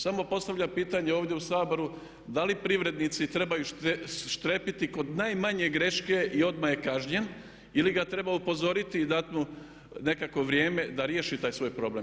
Samo postavljam pitanje ovdje u Saboru da li privrednici trebaju strepiti kod najmanje greške i odmah je kažnjen ili ga treba upozoriti i dat mu nekakvo vrijeme da riješi taj svoj problem?